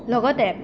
লগতে